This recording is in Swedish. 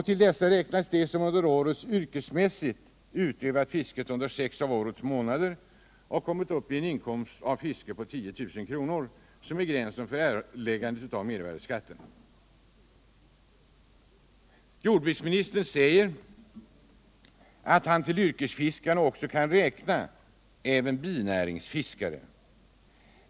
Till dessa räknas de som yrkesmässigt utövat fisket under sex av årets månader och kommit upp I en inkomst av fisket på 10 000 kr.. som är gränsen för skyldighet att erlägga mervärdeskatt. Jordbruksministern säger att han till yrkesfiskare kan räkna även binäringsfiskare.